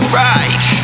right